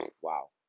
Wow